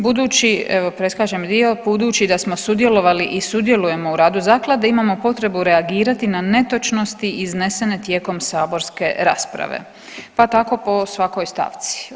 Budući evo preskačem dio, budući da smo sudjelovali i sudjelujemo u radu zaklade imamo potrebu reagirati na netočnosti iznesene tijekom saborske rasprave, pa tako o svakoj stavci.